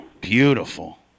Beautiful